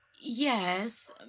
Yes